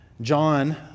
John